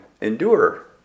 endure